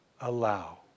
allow